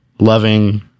Loving